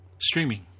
Streaming